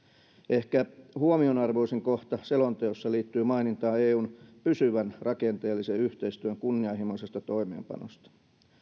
ehkä huomionarvoisin kohta selonteossa liittyy mainintaan eun pysyvän rakenteellisen yhteistyön kunnianhimoisesta toimeenpanosta